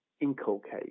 inculcate